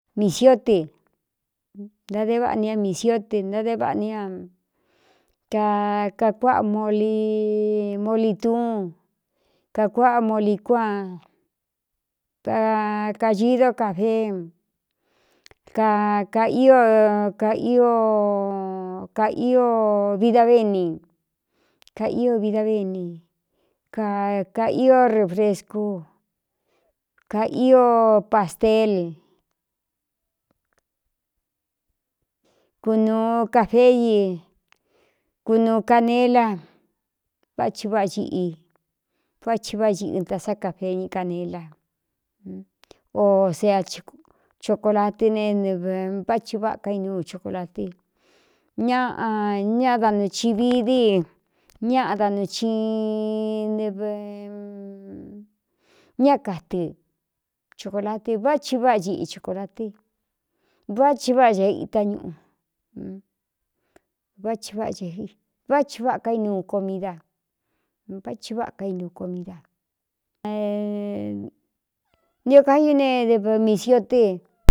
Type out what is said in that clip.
Misió tɨ ntáde vaꞌa ni a misiotɨ ntáde váꞌa ni ña akakuáꞌa mol molituún kakuáꞌa moli cuan a kagido cafeé kaakaí ka ío vidavéꞌni kaío vida véni kaio refrescú kaꞌio pastel kunūu cafei kunūu canela vá chi váꞌa ciꞌi vá thi váꞌá xi ꞌɨta sá kafeñɨ canela o seachokolatɨ ne váꞌ chi váaka inuu chokolatɨ ñaꞌa ñaꞌdanuchiꞌ vi dí ñaꞌadanuci ñá katɨ chokolatɨ vá chi váꞌa chiꞌi hoklatɨ vá chi váꞌ ca itá ñuꞌu vává chi váꞌka inuu komída váchi váka inuu comída ntio kaiú nedemisiotɨ.